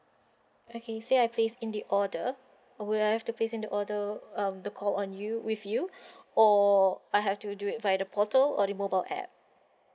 okay say I placed in the order would I have to place in the order um the call on you with you or I have to do it via the portal or the mobile app